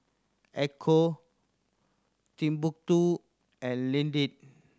Ecco Timbuk Two and Lindt